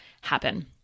happen